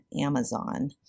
Amazon